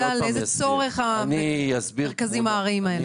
לאיזה צורך המרכזים הארעיים האלה.